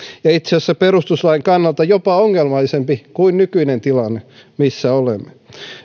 ja itse asiassa perustuslain kannalta jopa ongelmallisempi kuin nykyinen tilanne missä olemme